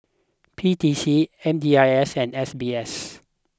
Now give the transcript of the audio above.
P T C M D I S and S B S